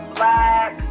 black